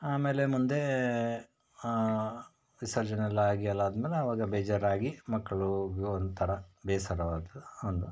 ಆಮೇಲೆ ಮುಂದೆ ವಿಸರ್ಜನೆ ಎಲ್ಲ ಆಗಿ ಎಲ್ಲ ಆದ ಮೇಲೆ ಅವಾಗ ಬೇಜಾರಾಗಿ ಮಕ್ಕಳು ಒಂಥರ ಬೇಸರವಾದರು ಅಂದು